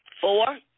Four